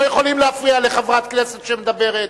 לא יכולים להפריע לחברת כנסת שמדברת.